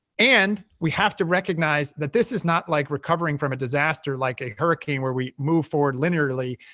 and we have to recognize that this is not like recovering from a disaster like a hurricane, where we move forward linearly,